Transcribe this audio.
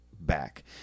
back